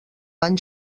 van